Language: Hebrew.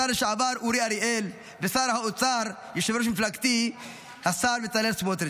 השר לשעבר אורי אריאל ושר האוצר יושב-ראש מפלגתי השר בצלאל סמוטריץ'.